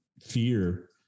fear